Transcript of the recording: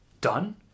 Done